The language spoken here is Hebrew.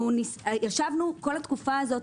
ישבנו כל התקופה הזו,